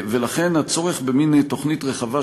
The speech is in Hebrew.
ולכן הצורך במין תוכנית רחבה,